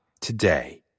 today